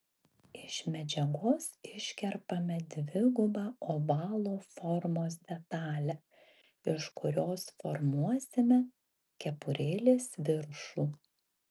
iš medžiagos iškerpame dvigubą ovalo formos detalę iš kurios formuosime kepurėlės viršų